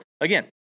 again